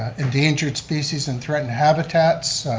endangered species and threatened habitats,